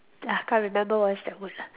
ah can't remember what is that word lah